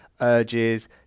urges